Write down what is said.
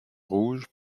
rouge